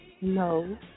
No